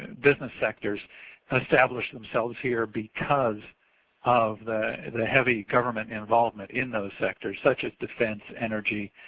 business sectors established themselves here because of the the heavy government involvement in those sectors such as defense, energy,